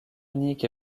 unique